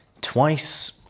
Twice